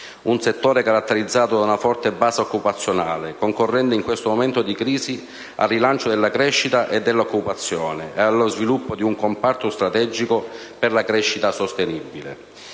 un settore caratterizzato da una forte base occupazionale, concorrendo in questo momento di crisi al rilancio della crescita e dell'occupazione e allo sviluppo di un comparto strategico per la crescita sostenibile.